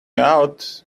out